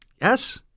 Yes